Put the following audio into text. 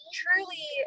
truly